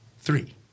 three